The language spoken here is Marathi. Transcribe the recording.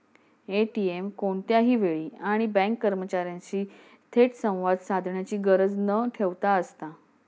ए.टी.एम कोणत्याही वेळी आणि बँक कर्मचार्यांशी थेट संवाद साधण्याची गरज न ठेवता असता